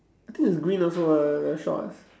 I think it's green also ah the shorts